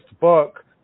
book